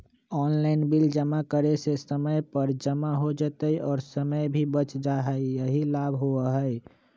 Online bill जमा करे से समय पर जमा हो जतई और समय भी बच जाहई यही लाभ होहई?